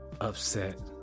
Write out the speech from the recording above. Upset